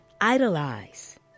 idolize